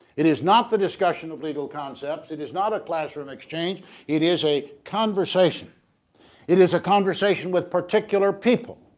it is not the discussion of legal concepts it is not a classroom exchange it is a conversation it is a conversation with particular people.